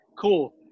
cool